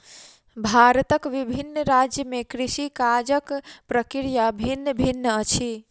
भारतक विभिन्न राज्य में कृषि काजक प्रक्रिया भिन्न भिन्न अछि